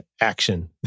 action